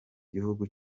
gihugu